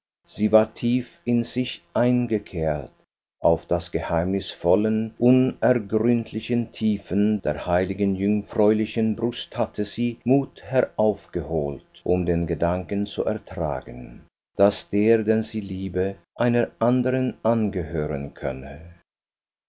sie war tief in sich eingekehrt aus den geheimnisvollen unergründlichen tiefen der heiligen jungfräulichen brust hatte sie mut heraufgeholt um den gedanken zu ertragen daß der den sie liebe einer andern angehören könne